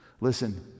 Listen